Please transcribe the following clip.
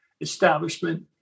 establishment